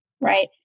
right